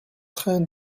train